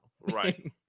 Right